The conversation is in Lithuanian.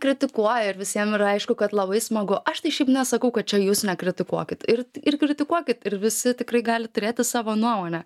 kritikuoja ir visiem yra aišku kad labai smagu aš tai šiaip nesakau kad čia jūs nekritikuokit ir ir kritikuokit ir visi tikrai gali turėti savo nuomonę